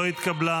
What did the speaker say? לא נתקבלה,